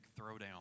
throwdown